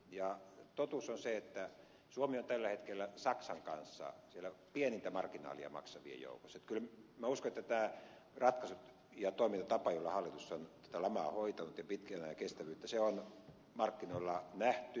ja totuus on se että suomi on tällä hetkellä saksan kanssa siellä pienintä marginaalia maksavien joukossa niin että kyllä minä uskon että nämä ratkaisut ja toimintatapa jolla hallitus on hoitanut tätä lamaa ja pitkän ajan kestävyyttä on markkinoilla nähty hyväksi